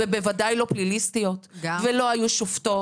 וגם לא היו פליליסטיות ולא היו שופטות.